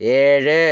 ഏഴ്